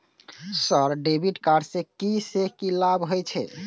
Sir debit card से की से की लाभ हे छे?